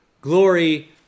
glory